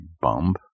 bump